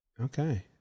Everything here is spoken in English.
Okay